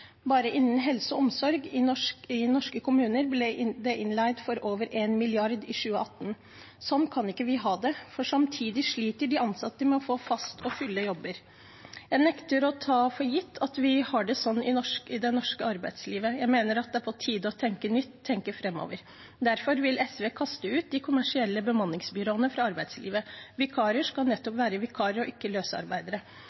Bare innen helse og omsorg ble det i norske kommuner innleid for over 1 mrd. kr i 2018. Sånn kan vi ikke ha det. For samtidig sliter de ansatte med å få fast og full jobb. Jeg nekter å ta for gitt at vi har det sånn i det norske arbeidslivet. Jeg mener at det er på tide å tenke nytt, tenke framover. Derfor vil SV kaste ut de kommersielle bemanningsbyråene fra arbeidslivet. Vikarer skal